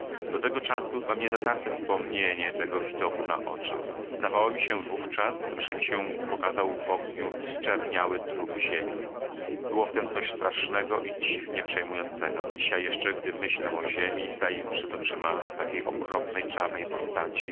do tego czasu mam niezatarte wspomnienie tego widoku na oczach zdawało mi się wówczas że mi się pokazał w ogniu zczerniały trup ziemi było w tem coś strasznego i dziwnie przejmującego dzisiaj jeszcze gdy myślę o ziemi staje mi przed oczyma w takiej okropnej czarnej postaci